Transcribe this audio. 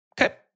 Okay